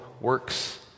works